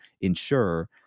ensure